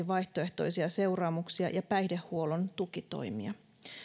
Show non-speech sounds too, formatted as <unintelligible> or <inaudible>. <unintelligible> vaihtoehtoisia seuraamuksia ja päihdehuollon tukitoimia